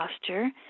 posture